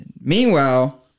Meanwhile